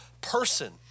person